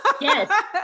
yes